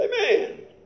amen